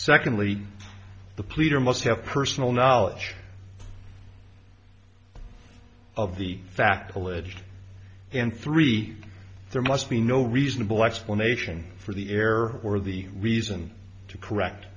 secondly the pleader must have personal knowledge of the fact alleged and three there must be no reasonable explanation for the air or the reason to correct